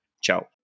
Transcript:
ciao